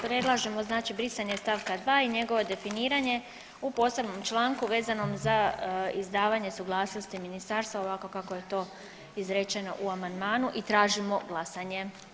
Predlažemo brisanje st. 2 i njegovo definiranje u posebnom članku vezanom za izdavanje suglasnosti ministarstva ovako kako je to izrečeno u amandmanu i tražimo glasanje.